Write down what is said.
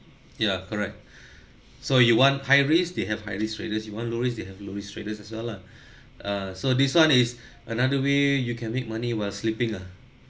ya correct so you want high risk they have high risk traders you want low risk they have low risk traders as well lah uh so this one is another way you can make money while sleeping ah